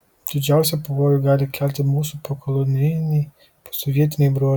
didžiausią pavojų gali kelti mūsų pokolonijiniai posovietiniai bruožai